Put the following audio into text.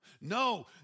No